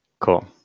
Cool